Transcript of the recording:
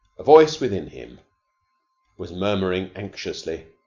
a voice within him was muttering anxiously,